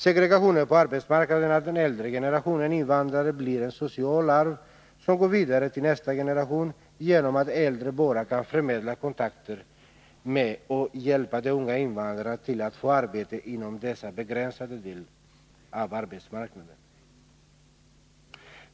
Segregationen på arbetsmarknaden av den äldre generationen invandrare blir ett socialt arv, som går vidare till nästa generation genom att de äldre bara kan förmedla kontakter med och hjälpa de unga invandrarna till att få ärbeten inom denna begränsade del av arbetsmarknaden.